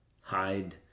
hide